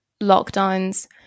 lockdowns